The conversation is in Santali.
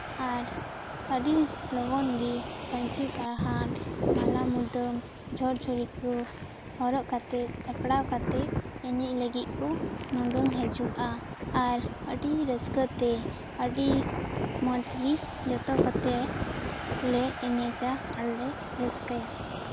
ᱟᱨ ᱟᱹᱰᱤ ᱞᱚᱜᱚᱱ ᱜᱮ ᱯᱟᱹᱧᱪᱤ ᱯᱟᱬᱦᱟᱴ ᱢᱟᱞᱟ ᱢᱩᱫᱟᱹᱢ ᱡᱷᱚᱨ ᱡᱷᱩᱨᱤ ᱠᱚ ᱦᱚᱨᱚᱜ ᱠᱟᱛᱮᱫ ᱥᱟᱯᱲᱟᱣ ᱠᱟᱛᱮᱫ ᱮᱱᱮᱡ ᱞᱟᱹᱜᱤᱫ ᱠᱚ ᱩᱰᱩᱠ ᱦᱤᱡᱩᱜᱼᱟ ᱟᱨ ᱟᱹᱰᱤ ᱨᱟᱹᱥᱠᱟᱹᱛᱮ ᱟᱹᱰᱤ ᱢᱚᱸᱡᱽᱜᱤ ᱡᱚᱛᱚ ᱠᱚᱛᱮᱞᱮ ᱮᱱᱮᱡᱼᱟ ᱟᱨᱞᱮ ᱨᱟᱹᱥᱠᱟᱹᱭᱟ